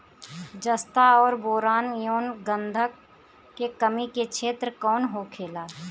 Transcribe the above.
जस्ता और बोरान एंव गंधक के कमी के क्षेत्र कौन होखेला?